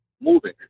moving